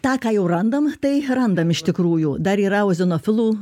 tą ką jau randam tai randam iš tikrųjų dar yra ozinofilų